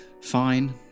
Fine